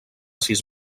sis